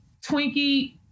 Twinkie